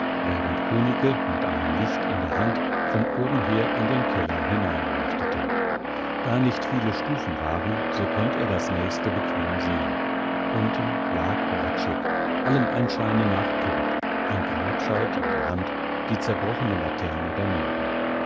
während kunicke mit einem licht in der hand von oben her in den keller hineinleuchtete da nicht viele stufen waren so konnt er das nächste bequem sehn unten lag hradscheck allem anscheine nach todt ein grabscheit in der hand die zerbrochene laterne daneben